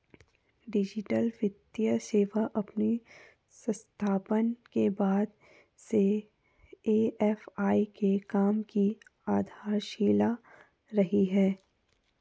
digital वित्तीय सेवा अपनी स्थापना के बाद से ए.एफ.आई के काम की आधारशिला रही है